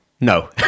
No